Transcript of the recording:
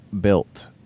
built